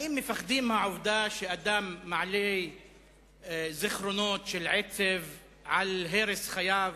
האם מפחדים מהעובדה שאדם מעלה זיכרונות של עצב על הרס חייו,